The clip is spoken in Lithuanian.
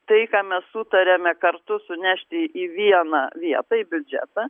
tai ką mes sutariame kartu sunešti į vieną vietą į biudžetą